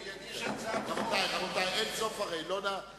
אני לא רוצה לבזבז את זמנה של הכנסת.